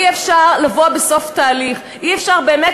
אי-אפשר לבוא בסוף תהליך אי-אפשר באמת